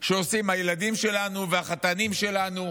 שעושים הילדים שלנו והחתנים שלנו,